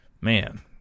Man